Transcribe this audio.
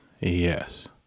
Yes